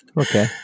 Okay